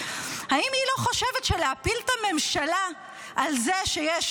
האם היא לא חושבת שלהפיל את הממשלה על זה שיש